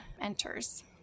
enters